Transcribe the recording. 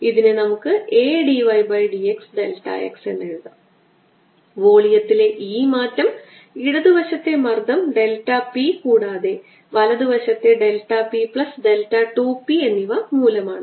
അതിനാൽ area vector യഥാർത്ഥത്തിൽ negative r unit vector ദിശയിലാണ്